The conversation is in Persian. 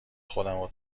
خودمو